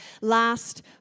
last